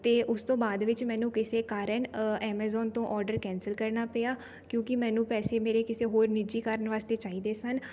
ਅਤੇ ਉਸ ਤੋਂ ਬਾਅਦ ਵਿੱਚ ਮੈਨੂੰ ਕਿਸੇ ਕਾਰਨ ਐਮਾਜੌਨ ਤੋਂ ਔਡਰ ਕੈਂਸਲ ਕਰਨਾ ਪਿਆ ਕਿਉਂਕਿ ਮੈਨੂੰ ਪੈਸੇ ਮੇਰੇ ਕਿਸੇ ਹੋਰ ਨਿੱਜੀ ਕਾਰਨ ਵਾਸਤੇ ਚਾਹੀਦੇ ਸਨ